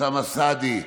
אוסמה סעדי,